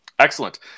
Excellent